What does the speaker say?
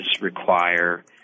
require